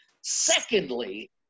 Secondly